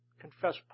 confess